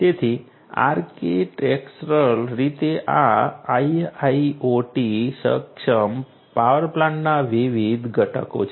તેથી આર્કિટેક્ચરલ રીતે આ IIoT સક્ષમ પાવર પ્લાન્ટના વિવિધ ઘટકો છે